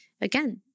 again